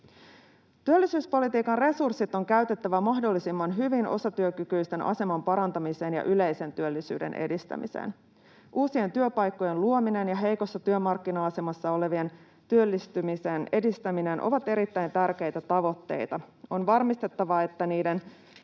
Työllisyyspolitiikan resurssit on käytettävä mahdollisimman hyvin osatyökykyisten aseman parantamiseen ja yleisen työllisyyden edistämiseen. Uusien työpaikkojen luominen ja heikossa työmarkkina-asemassa olevien työllistymisen edistäminen ovat erittäin tärkeitä tavoitteita. On varmistettava, että niiden